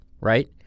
right